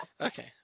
Okay